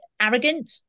arrogant